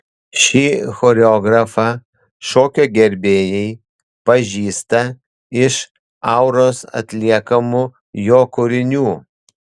šį choreografą šokio gerbėjai pažįsta iš auros atliekamų jo kūrinių